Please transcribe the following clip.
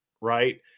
right